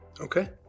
Okay